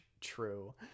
True